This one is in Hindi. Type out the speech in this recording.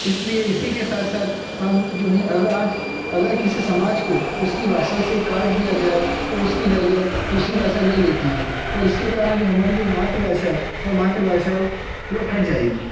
इसलिए इसके साथ साथ हम जो हैं अगर आज अगर किसी समाज को उसकी भाषा से काट दिया जाए तो उसकी जगह दूसरी भाषा ले लेती है और इसके कारण जो हमारी जो मातृभाषा है वह मातृभाषा जो हट जाएगी